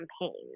campaigns